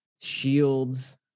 shields